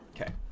Okay